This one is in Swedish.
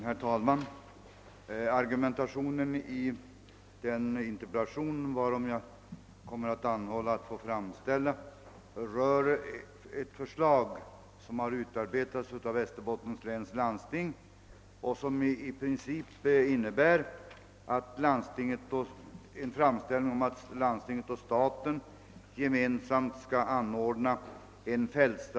Herr talman! Bestämmelserna angående lärares — och även vissa andra tjänstemäns — tjänstledighet för studier och reglerna för lön med B-avdrag vid sådan tjänstgöring har en sådan utformning att lokala skolstyrelser och i förekommande fall skolnämnder har att fatta beslut i dessa frågor. Praktiken visar, att dessa styrelsers och nämnders beslut kan bli mycket olika i skilda delar av landet.